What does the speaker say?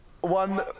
one